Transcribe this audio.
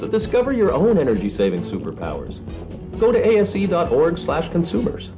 so discover your own energy saving superpowers go to amc dot org slash consumers